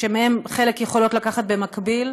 ומהם חלק יכולות לקחת במקביל.